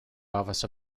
office